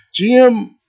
GM